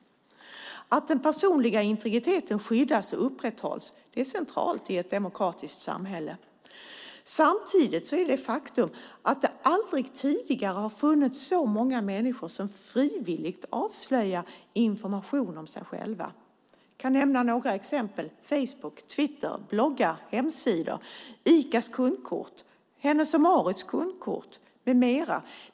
Att den personliga integriteten skyddas och upprätthålls är centralt i ett demokratiskt samhälle. Samtidigt är det ett faktum att det aldrig tidigare har funnits så många människor som frivilligt avslöjar information om sig själva. Jag kan nämna några exempel: Facebook, Twitter, bloggar, hemsidor, Icas kundkort och Hennes & Mauritz kundkort.